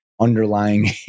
underlying